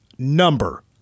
number